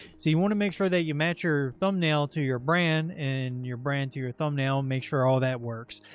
so you want to make sure that you match your thumbnail to your brand and your brand to your thumbnail. make sure all that works.